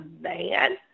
man